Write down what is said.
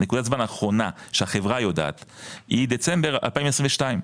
נקודת זמן שהחברה יודעת היא דצמבר 2022,